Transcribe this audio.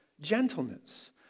gentleness